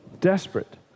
desperate